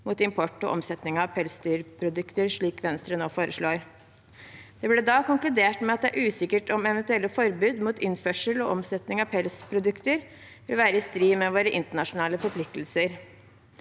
mot import og omsetning av pelsdyrprodukter, slik Venstre nå foreslår. Det ble da konkludert med at det er usikkert om eventuelle forbud mot innførsel og omsetning av pelsprodukter vil være i strid med våre internasjonale forpliktelser.